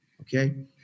okay